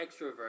extrovert